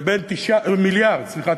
מיליארד, סליחה.